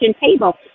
table